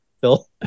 Phil